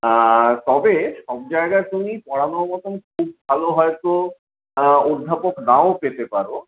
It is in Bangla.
আর তবে সবজায়গায় তুমি পড়ানোর মতোন খুব ভালো হয়তো অধ্যাপক নাও পেতে পারো